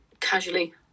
casually